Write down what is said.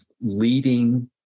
leading